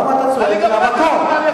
למה אתה צועק מהמקום?